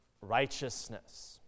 righteousness